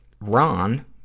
Ron